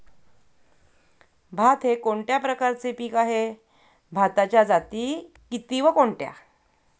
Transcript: भात हे कोणत्या प्रकारचे पीक आहे? भाताच्या जाती किती व कोणत्या?